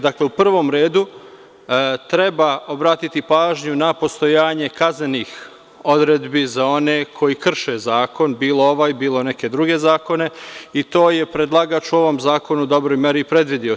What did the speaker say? Dakle, u prvom redu treba obratiti pažnju na postojanje kaznenih odredbi za one koji krše zakon, bilo ovaj, bilo neki drugi zakon i to je predlagač u ovom zakonu, u dobroj meri i predvideo.